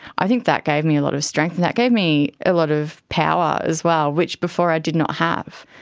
i think that gave me a lot of strength and that gave me a lot of power as well, which before i did not have.